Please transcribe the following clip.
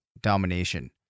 Domination